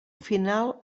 final